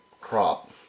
crop